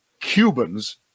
Cubans